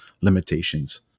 limitations